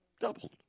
doubled